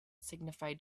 signified